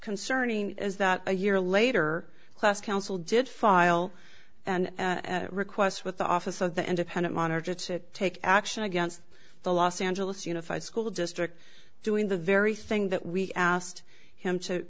concerning is that a year later class counsel did file and request with the office of the independent monitor to take action against the los angeles unified school district doing the very thing that we asked him to